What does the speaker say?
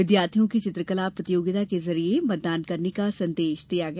विद्यार्थियों की चित्रकला प्रतियोगिता के जरिए मतदान करने का संदेश दिया गया